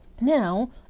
Now